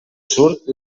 sud